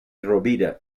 rovira